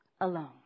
alone